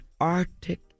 Arctic